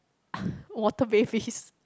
water babies